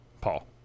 Paul